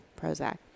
Prozac